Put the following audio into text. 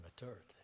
maturity